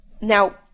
now